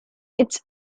its